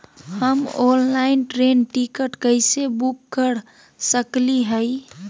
हम online train ticket कैसे book कर सकली हई?